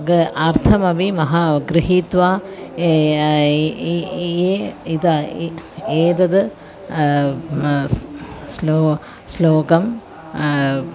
ग अर्थमपि महा गृहीत्वा इदं एतत् श्लोकं श्लोकं